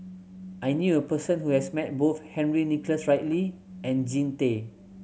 I knew a person who has met both Henry Nicholas Ridley and Jean Tay